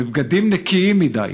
בבגדים נקיים מדי,